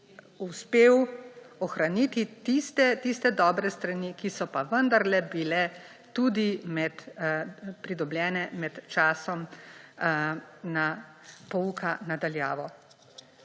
uspel ohraniti tiste dobre strani, ki so pa vendarle bile tudi pridobljene med časom pouka na daljavo.